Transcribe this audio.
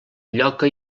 lloca